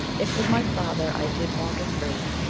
if with my father i did wander free,